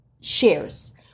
shares